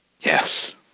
Yes